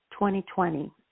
2020